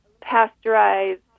pasteurized